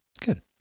Good